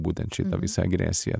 būtent šitą visą agresiją